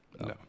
No